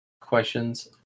questions